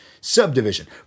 subdivision